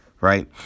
right